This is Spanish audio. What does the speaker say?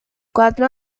cuatro